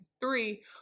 three